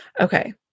Okay